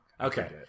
Okay